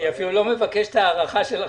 אני אפילו לא מבקש את ההארכה של עכשיו.